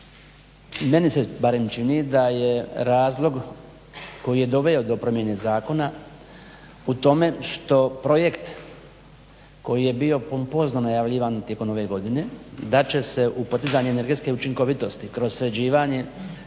meni se barem čini da je razlog koji je doveo do promjene zakona u tome što projekt koji je bio pompozno najavljivan tijekom ove godine da će se u podizanje energetske učinkovitosti kroz sređivanje